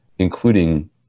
including